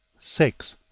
six.